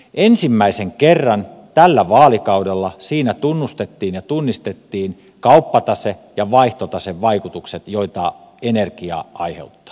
ensimmäisen kerran tällä vaalikaudella siinä tunnustettiin ja tunnistettiin kauppatase ja vaihtotasevaikutukset joita energia aiheuttaa